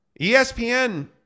ESPN